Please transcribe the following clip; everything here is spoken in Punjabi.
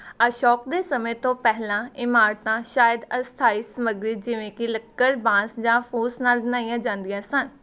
ਅਸ਼ੋਕ ਦੇ ਸਮੇਂ ਤੋਂ ਪਹਿਲਾਂ ਇਮਾਰਤਾਂ ਸ਼ਾਇਦ ਅਸਥਾਈ ਸਮੱਗਰੀ ਜਿਵੇਂ ਕਿ ਲੱਕੜ ਬਾਂਸ ਜਾਂ ਫੂਸ ਨਾਲ ਬਣਾਈਆਂ ਜਾਂਦੀਆਂ ਸਨ